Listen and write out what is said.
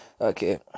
okay